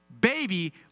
baby